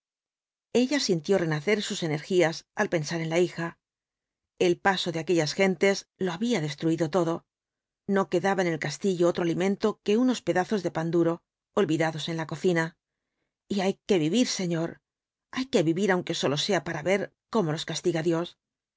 ella sintió renacer sus energías al pensar en la hija el paso de aquellas gentes lo había destruido todo no quedaba en el castillo otro alimento que unos pedazos de pan duro olvidados en la cocina y hay que vivir señor hay que vivir aunque sólo sea para ver cómo los castiga dios